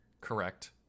Correct